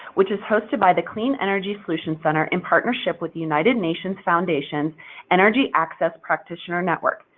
which is hosted by the clean energy solutions center in partnership with the united nations foundation energy access practitioner network.